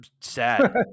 Sad